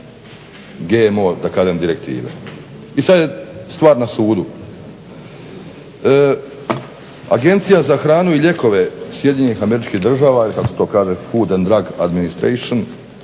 GMO da kažem direktive i sad je stvar na sudu. Agencija za hranu i lijekove Sjedinjenih Američkih Država ili kako se to kaže Food and drug administration